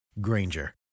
Granger